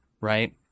right